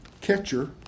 catcher